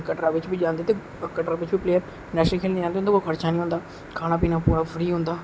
कटरा बिच बी जंदे ते कटरा बिच बी प्लेयर नेशनल खढने गी जंदे त कोई खर्चा नेईं होंदा खाना पीना पूरा फ्री होंदा